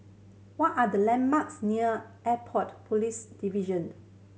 what are the landmarks near Airport Police Division